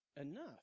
enough